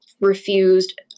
refused